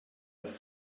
das